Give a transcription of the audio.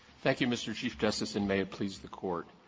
thank you, mr. chief justice, and may it please the court